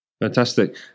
Fantastic